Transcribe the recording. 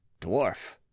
dwarf